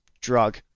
drug